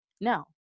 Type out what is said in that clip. now